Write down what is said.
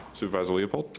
supervisor leopold?